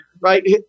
Right